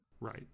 Right